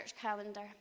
calendar